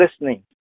listening